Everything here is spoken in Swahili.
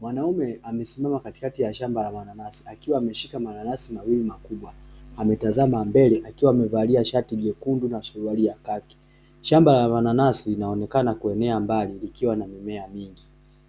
Mwanaume amesimama katikati ya shamba la mananasi akiwa ameshika mananasi mawili makubwa ametazama mbele akiwa amevalia shati jekundu na suruali ya kaki, shamba la mananasi linaonekana kuenea mbali likiwa na mimea mingi.